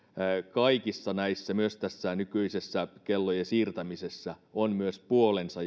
kaikissa näissä myös tässä nykyisessä kellojen siirtämisessä on puolensa